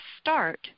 start